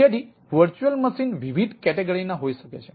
તેથી VM વિવિધ કેટેગરીના હોઈ શકે છે